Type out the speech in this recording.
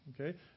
Okay